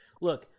Look